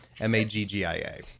M-A-G-G-I-A